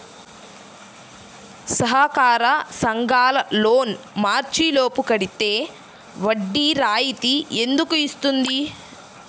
సహకార సంఘాల లోన్ మార్చి లోపు కట్టితే వడ్డీ రాయితీ ఎందుకు ఇస్తుంది?